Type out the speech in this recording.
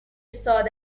ساده